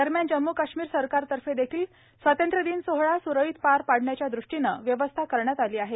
दरम्यान जम्मू काश्मीर सरकारतर्फे देखील स्वातंत्र्यदिन सोहळा स्रळीत पार पाडण्याच्या दृष्टीनं व्यवस्था करण्यात आली आहे